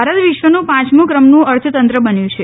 ભારત વિશ્વનું પાંચમા ક્રમનું અર્થતંત્ર બન્યું છે